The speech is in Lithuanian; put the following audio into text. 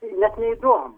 net neįdomu